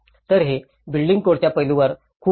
तर हे बिल्डिंग कोडच्या पैलूवर खूप केंद्रित आहे